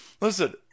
listen